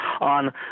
on